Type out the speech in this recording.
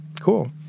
cool